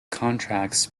contracts